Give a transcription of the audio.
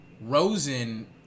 Rosen